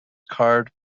carved